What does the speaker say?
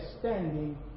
standing